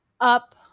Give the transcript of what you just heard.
up